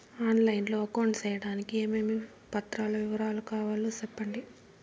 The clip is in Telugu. ఆన్ లైను లో అకౌంట్ సేయడానికి ఏమేమి పత్రాల వివరాలు కావాలో సెప్పండి?